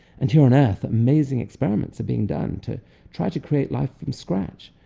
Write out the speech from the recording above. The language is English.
and here on earth, amazing experiments are being done to try to create life from scratch,